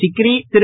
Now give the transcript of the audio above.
Sikri Thiru